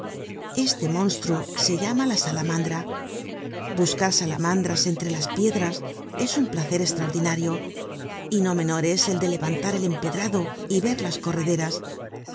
este monstruo se llama la salamandra buscar salamandras entre las piedras es un placer estraordinario y no menor es el de levantar el empedrado y ver las correderas